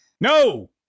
No